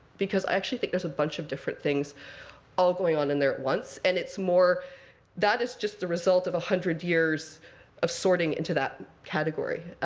because i actually think there's a bunch of different things all going on in there at once. and it's more that is just the result of one hundred years of sorting into that category.